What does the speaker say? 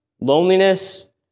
loneliness